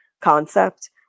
concept